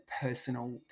personal